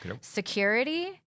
security